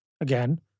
Again